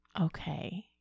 Okay